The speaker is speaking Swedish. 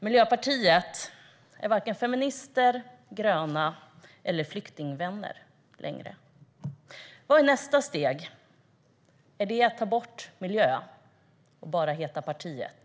Miljöpartiet är varken feminister, gröna eller flyktingvänner längre. Vad är nästa steg? Är det att ta bort "miljö" och bara heta "partiet"?